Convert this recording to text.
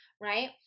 right